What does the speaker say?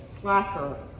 slacker